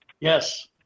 Yes